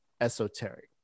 Esoteric